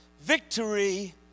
Victory